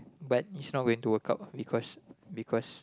but it's bot going to work out because because